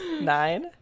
Nine